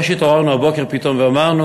זה לא שהתעוררנו הבוקר פתאום ואמרנו,